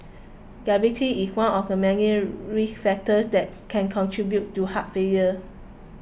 diabetes is one of the many risk factors that can contribute to heart failure